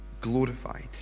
glorified